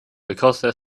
because